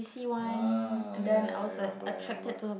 uh ya ya I remember I remember